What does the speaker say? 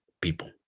people